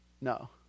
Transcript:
No